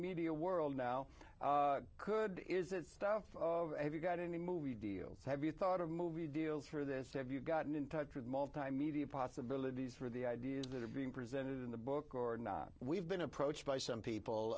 media world now could is that stuff have you got any movie deals have you thought of movie deals through this have you gotten in touch with multimedia possibilities for the ideas that are being presented in the book or not we've been approached by some